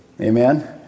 Amen